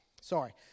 Sorry